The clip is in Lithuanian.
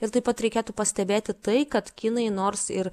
ir taip pat reikėtų pastebėti tai kad kinai nors ir